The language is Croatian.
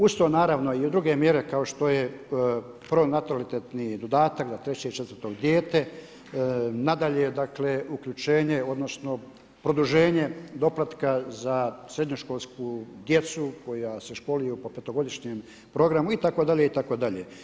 Uz to naravno i druge mjere, kao što je pronatalitetni dodatak za treće i četvrto dijete, nadalje uključenje, odnosno produženje doplatka za srednjoškolsku djecu koja se školuju po petogodišnjem programu itd., itd.